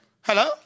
Hello